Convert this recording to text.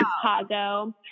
Chicago